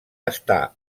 està